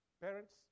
parents